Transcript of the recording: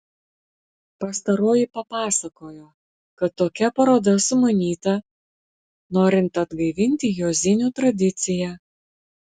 pastaroji papasakojo kad tokia paroda sumanyta norint atgaivinti juozinių tradiciją